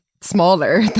smaller